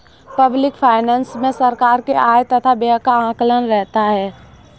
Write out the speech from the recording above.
public finance मे सरकार के आय तथा व्यय का आकलन रहता है